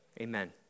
Amen